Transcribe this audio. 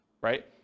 right